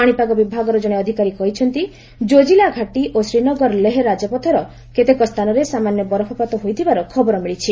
ପାଣିପାଗ ବିଭାଗର ଜଣେ ଅଧିକାରୀ କହିଛନ୍ତି ଜୋକିଲା ଘାଟି ଓ ଶ୍ରୀନଗର ଲେହ ରାଜପଥର କେତେକ ସ୍ଥାନରେ ସାମାନ୍ୟ ବରଫପାତ ହୋଇଥିବାର ଖବର ମିଳିଛି